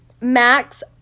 max